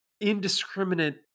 indiscriminate